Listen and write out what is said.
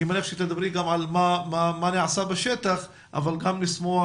אני מניח שתדברי גם על מה שנעשה בשטח אבל גם נשמח